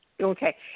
Okay